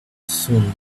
soon